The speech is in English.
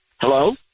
Hello